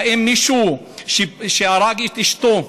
האם מישהו שהרג את אשתו,